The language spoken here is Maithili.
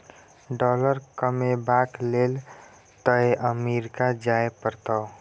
डॉलर कमेबाक लेल तए अमरीका जाय परतौ